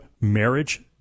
marriage